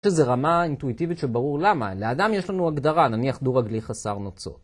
איזו רמה אינטואיטיבית שברור למה. לאדם יש לנו הגדרה, נניח דו-רגלי חסר נוצות.